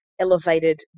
elevated